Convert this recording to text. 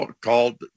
called